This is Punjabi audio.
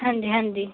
ਹਾਂਜੀ ਹਾਂਜੀ